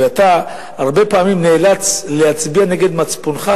ואתה הרבה פעמים נאלץ להצביע נגד מצפונך,